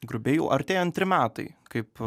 grubiai artėja antri metai kaip